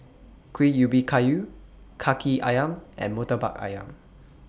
Kuih Ubi Kayu Kaki Ayam and Murtabak Ayam